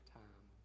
time